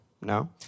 No